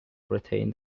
retained